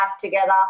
together